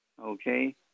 okay